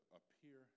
appear